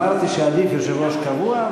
אמרתי שעדיף יושב-ראש קבוע,